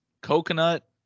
coconut